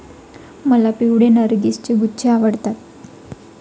मला पिवळे नर्गिसचे गुच्छे आवडतात